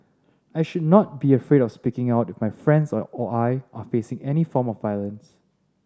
I should not be afraid of speaking out if my friends or I are facing any form of violence